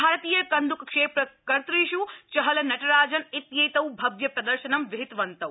भारतीय कन्द्रक क्षे कर्तृष् चहल नटराजन् इत्येतौ भव्यप्रदर्शनं विहितवन्तौ